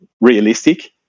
realistic